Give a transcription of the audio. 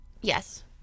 Yes